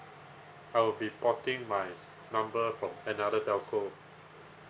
I will be porting my number from another telco